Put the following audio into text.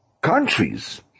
countries